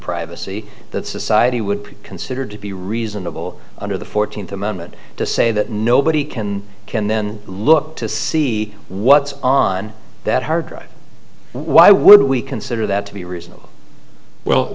privacy that society would consider to be reasonable under the fourteenth amendment to say that nobody can can then look to see what's on that hard drive why would we consider that to be reasonable well